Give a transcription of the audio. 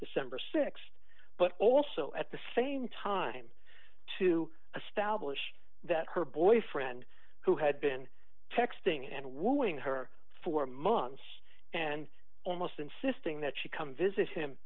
december th but also at the same time to establish that her boyfriend who had been texting and wooing her for months and almost insisting that she come visit him